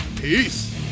peace